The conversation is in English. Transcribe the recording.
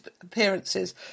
appearances